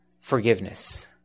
forgiveness